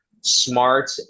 smart